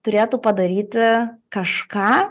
turėtų padaryti kažką